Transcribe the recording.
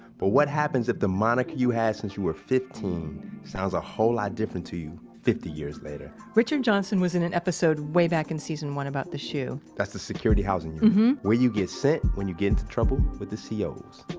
but what happens if the moniker you had since you were fifteen sounds a whole lot different to you fifty years later? richard johnson was in an episode way back in season one about the shu that's the security housing where you get sent when you get into trouble with the ah co's.